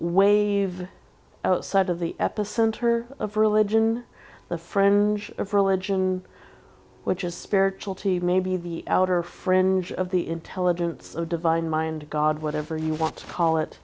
wave outside of the epicenter of religion the friend of religion which is spiritualty maybe the outer fringe of the intelligence of divine mind god whatever you want to call it